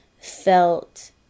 felt